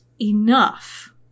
enough